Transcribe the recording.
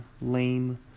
lame